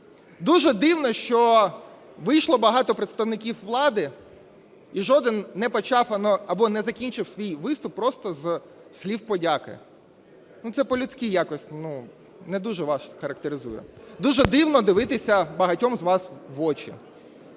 Дуже дивно, що вийшло багато представників влади і жоден не почав або не закінчив свій виступ просто з слів подяки. Це по-людськи якось не дуже вас характеризує. Дуже дивно дивитися багатьом з вас в очі.